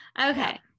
Okay